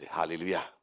Hallelujah